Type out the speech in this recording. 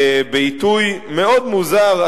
בעיתוי מאוד מוזר,